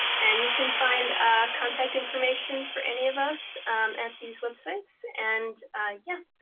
and you can find contact information for any of us at these websites. and yeah,